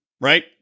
right